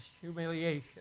humiliation